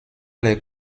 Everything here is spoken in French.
les